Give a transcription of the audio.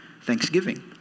thanksgiving